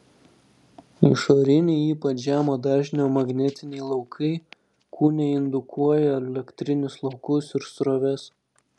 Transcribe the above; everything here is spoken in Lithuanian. išoriniai ypač žemo dažnio magnetiniai laukai kūne indukuoja elektrinius laukus ir sroves